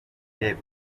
y’epfo